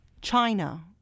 China